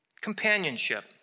Companionship